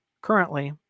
currently